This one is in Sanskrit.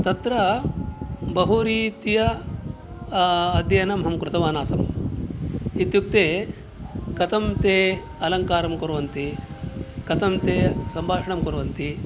तत्र बहुरीत्या अध्ययनम् अहं कृतवान् आसम् इत्युक्ते कथं ते अलङ्कारं कुर्वन्ति कतं ते सम्भाषणं कुर्वन्ति